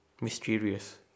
mysterious